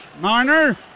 Marner